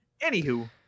Anywho